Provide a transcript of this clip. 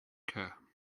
care